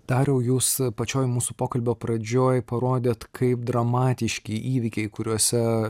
dariau jūs pačioj mūsų pokalbio pradžioj parodėt kaip dramatiški įvykiai kuriuose